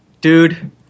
Dude